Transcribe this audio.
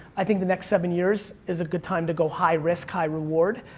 i think the next seven years is a good time to go high risk, high reward,